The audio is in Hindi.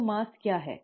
तो द्रव्यमान क्या है